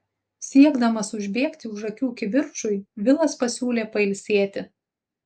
siekdamas užbėgti už akių kivirčui vilas pasiūlė pailsėti